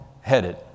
headed